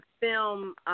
film